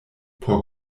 por